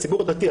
הציבור הדתי,